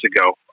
ago